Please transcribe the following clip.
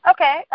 Okay